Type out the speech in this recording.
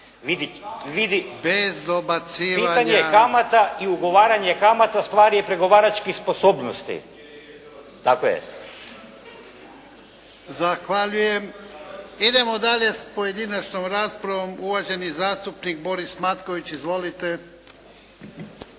(Nezavisni)** Pitanje kamata i ugovaranje kamata stvar je pregovaračkih sposobnosti, tako je. **Jarnjak, Ivan (HDZ)** Zahvaljujem. Idemo dalje sa pojedinačnom raspravom. Uvaženi zastupnik Boris Matković. Izvolite.